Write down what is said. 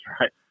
right